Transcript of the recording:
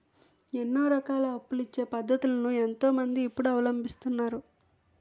ఎన్నో రకాల అప్పులిచ్చే పద్ధతులను ఎంతో మంది ఇప్పుడు అవలంబిస్తున్నారు